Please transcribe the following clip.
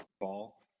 ball